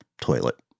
toilet